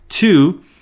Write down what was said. Two